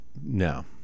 no